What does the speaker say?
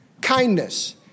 kindness